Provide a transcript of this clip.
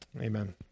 amen